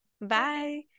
Bye